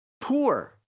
poor